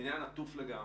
הבניין עטוף לגמרי,